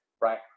right